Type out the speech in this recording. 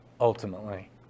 ultimately